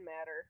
matter